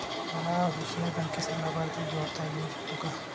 मला दुसऱ्या बँकेचा लाभार्थी जोडता येऊ शकतो का?